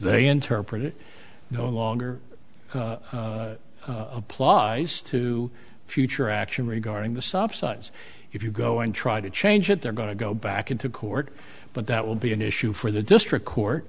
they interpret it no longer apply to future action regarding the stop signs if you go and try to change it they're going to go back into court but that will be an issue for the district court